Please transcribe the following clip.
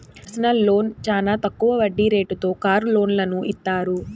personal loan చానా తక్కువ వడ్డీ రేటుతో కారు లోన్లను ఇత్తారు